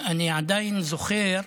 אני עדיין זוכר,